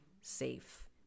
safe